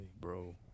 bro